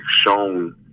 shown